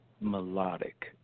melodic